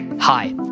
Hi